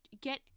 Get